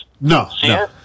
No